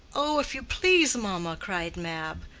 oh, if you please, mamma? cried mab,